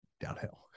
downhill